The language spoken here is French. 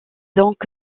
donc